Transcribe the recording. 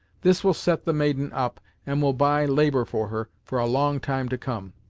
this will set the maiden up, and will buy labor for her, for a long time to come.